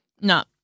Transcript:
No